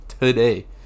today